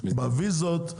בוויזות,